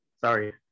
sorry